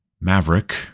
Maverick